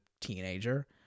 teenager